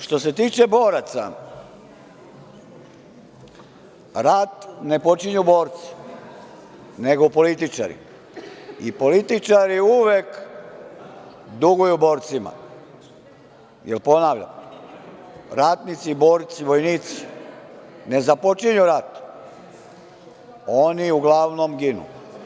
Što se tiče boraca, rat ne počinju borci, nego političari i političari uvek duguju borcima, jer ponavljam, ratnici, borci i vojnici ne započinju rat, oni uglavnom ginu.